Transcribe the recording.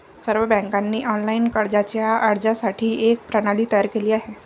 सर्व बँकांनी ऑनलाइन कर्जाच्या अर्जासाठी एक प्रणाली तयार केली आहे